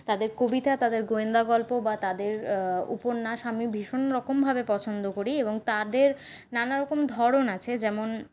তাদের কবিতা তাদের গোয়েন্দা গল্প বা তাদের উপন্যাস আমি ভীষণরকমভাবে পছন্দ করি এবং তাদের নানারকম ধরণ আছে যেমন